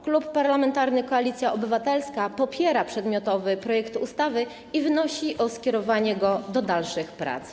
Klub Parlamentarny Koalicja Obywatelska popiera przedmiotowy projekt ustawy i wnosi o skierowanie go do dalszych prac.